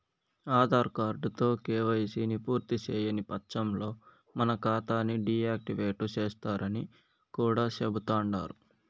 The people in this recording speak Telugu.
ఆదార్ కార్డుతో కేవైసీని పూర్తిసేయని వచ్చంలో మన కాతాని డీ యాక్టివేటు సేస్తరని కూడా చెబుతండారు